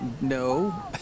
no